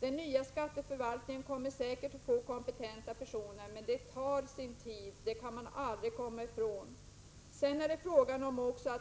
Den nya skatteförvaltningen kommer säkert att få kompetenta personer, men det tar sin tid, det kan man aldrig komma ifrån.